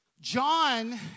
John